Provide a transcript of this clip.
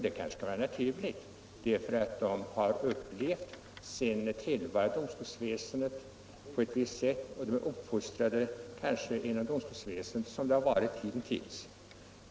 Det kan vara naturligt, eftersom man där är så att säga uppfostrad med det tidigare domstolsväsendet sådant det har varit hitintills.